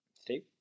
Steve